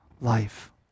life